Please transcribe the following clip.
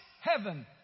heaven